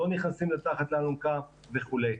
לא נכנסים מתחת לאלונקה וכו'.